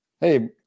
Hey